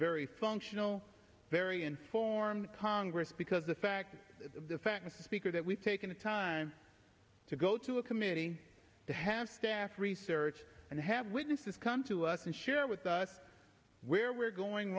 very functional very informed congress because the fact is the fact is the speaker that we've taken the time to go to a committee to have staff research and have witnesses come to us and share with us where we're going